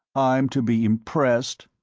i'm to be impressed?